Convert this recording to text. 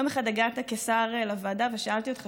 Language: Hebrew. יום אחד הגעת כשר לוועדה ושאלתי אותך